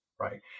right